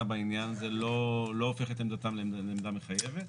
בעניין זה לא הופך את דעתם לעמדה מחייבת.